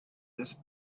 this